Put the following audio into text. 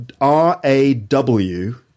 R-A-W